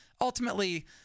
ultimately